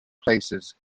places